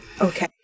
Okay